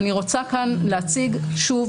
ואני רוצה כאן להציג שוב,